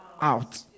out